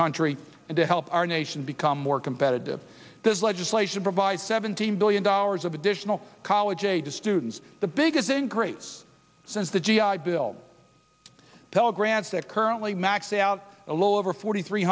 country and to help our nation become more competitive this legislation provides seventeen billion dollars of additional college aged students the biggest increase since the g i bill tell grants that currently maxed out a little over forty three